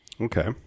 okay